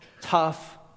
tough